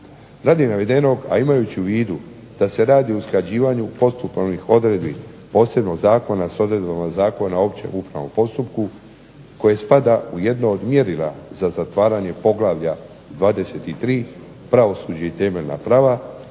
Radi navedenog, a imajući u vidu da se radi o usklađivanju postupovnih odredbi posebnog zakona s odredbama Zakona o općem upravnom postupku koje spada u jedno od mjerila za zatvaranje poglavlja 23.-Pravosuđe i temeljna prava,